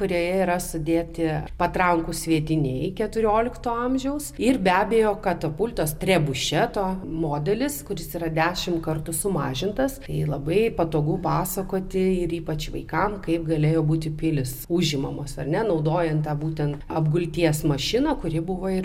kurioje yra sudėti patrankų sviediniai keturiolikto amžiaus ir be abejo katapultos trėbušeto modelis kuris yra dešimt kartų sumažintas tai labai patogu pasakoti ir ypač vaikams kaip galėjo būti pilys užimamos ar ne naudojant būtent apgulties mašiną kuri buvo ir